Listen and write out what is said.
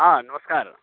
हँ नमस्कार